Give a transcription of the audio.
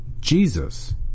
Jesus